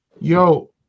Yo